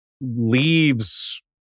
leaves